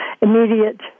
immediate